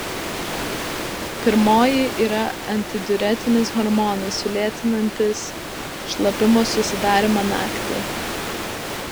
pirmoji yra antidiuretinis hormonas sulėtinantis šlapimo susidarymą naktį